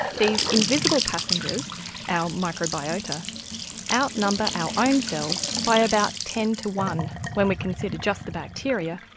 these invisible passengers our microbiota outnumber our own cells by about ten to one when we consider just the bacteria,